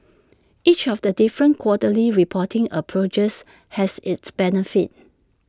each of the different quarterly reporting approaches has its benefits